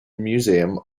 museum